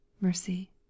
MERCY